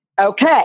Okay